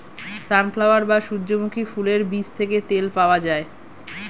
sunflower বা সূর্যমুখী ফুলের বীজ থেকে তেল পাওয়া যায়